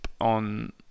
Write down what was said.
on